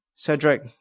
Cedric